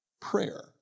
prayer